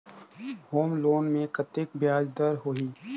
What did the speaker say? Home loan मे कतेक ब्याज दर होही?